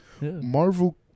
Marvel